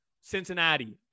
Cincinnati